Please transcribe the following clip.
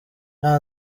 nta